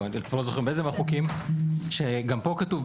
או אני כבר לא זוכר באיזה מהחוקים - גם פה כתוב: